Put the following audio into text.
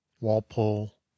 Walpole